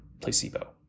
placebo